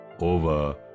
over